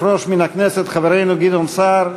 חברנו גדעון סער,